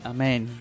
Amen